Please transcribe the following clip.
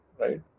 right